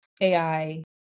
AI